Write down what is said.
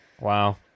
Wow